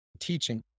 teaching